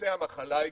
מפיצי המחלה העיקריים.